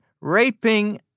raping